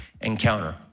encounter